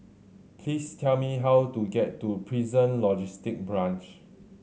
please tell me how to get to Prison Logistic Branch